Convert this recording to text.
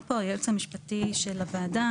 אמרת פה היועץ המשפטי של הוועדה,